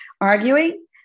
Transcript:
arguing